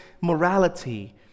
morality